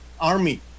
army